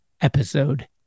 episode